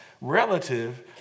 relative